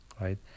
Right